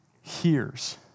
hears